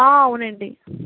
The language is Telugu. అవునండి